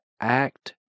act